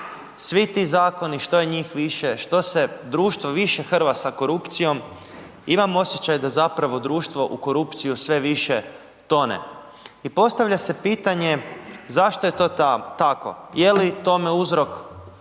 svi ti zakoni, što je njih više, što se društvo više hrva sa korupcijom, imam osjećaj da zapravo društvo u korupciju sve više tone. I postavlja se pitanje, zašto je to tako, je li tome uzrok,